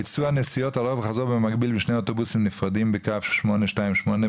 ביצוע נסיעות הלוך וחזור במקביל בשני אוטובוסים נפרדים בקו 828,